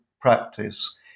practice